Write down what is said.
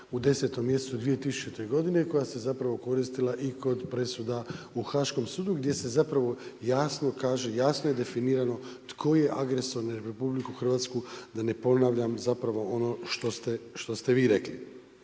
u 10. mjesecu 2000. godine i koja se zapravo koristila i kod presuda u Haškom sudu gdje je zapravo definirano tko je agresor na RH da ne ponavljam zapravo ono što ste vi rekli.